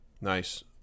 Nice